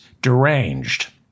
deranged